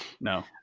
no